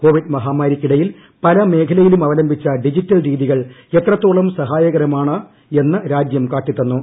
Covid മഹാമാരിക്കിടയിൽ പല മേഖലയിലും അവലംബിച്ച ഡിജിറ്റൽ രീതികൾ എത്രത്തോളം സഹായകരമാണ് എന്ന് രാജ്യം കാട്ടിത്തന്നു